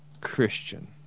Christian